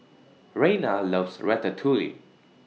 Rayna loves Ratatouille